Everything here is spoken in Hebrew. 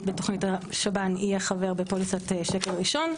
בתוכנית השב"ן יהיה חבר בפוליסת שקל ראשון,